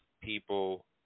people